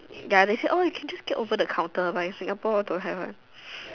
ya they say oh okay you can just get over the counter but in Singapore don't have one